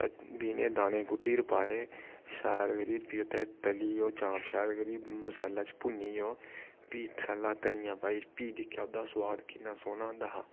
बीन्नै दे दाने कुट्टी'र पाए शैल करी ओह्दे च तली ओह्दे च चांप शैल करी मसाले च भुन्नी ओह् फ्ही सैल्ला धनियां पाई फ्ही दिक्खेआ ओह्दा सुआद किन्ना सोह्ना होंदा हा